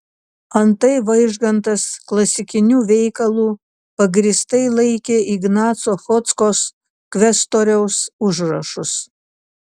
antai vaižgantas klasikiniu veikalu pagrįstai laikė ignaco chodzkos kvestoriaus užrašus